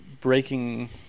breaking